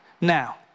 Now